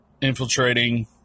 infiltrating